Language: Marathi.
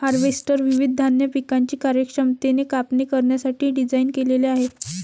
हार्वेस्टर विविध धान्य पिकांची कार्यक्षमतेने कापणी करण्यासाठी डिझाइन केलेले आहे